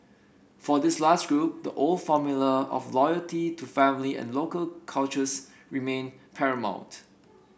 for this last group the old formula of loyalty to family and local cultures remained paramount